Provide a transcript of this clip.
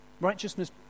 righteousness